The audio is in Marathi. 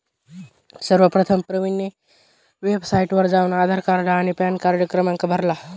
सर्वप्रथम प्रवीणने वेबसाइटवर जाऊन आधार कार्ड आणि पॅनकार्ड क्रमांक भरला